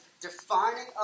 defining